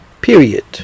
Period